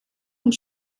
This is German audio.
und